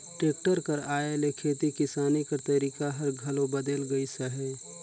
tractor कर आए ले खेती किसानी कर तरीका हर घलो बदेल गइस अहे